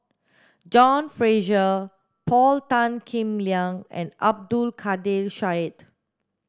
John Fraser Paul Tan Kim Liang and Abdul Kadir Syed